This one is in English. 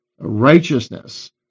righteousness